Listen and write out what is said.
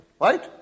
Right